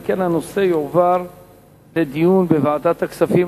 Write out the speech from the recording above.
אם כן, הנושא יועבר לדיון בוועדת הכספים.